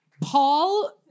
Paul